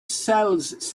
sells